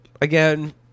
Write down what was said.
again